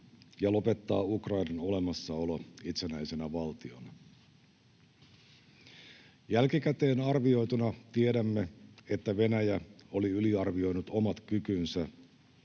ja lopettaa Ukrainan olemassaolo itsenäisenä valtiona. Jälkikäteen arvioituna tiedämme, että Venäjä oli yliarvioinut omat kykynsä